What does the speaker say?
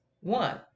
one